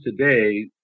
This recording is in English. today